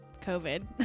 COVID